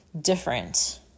different